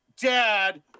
Dad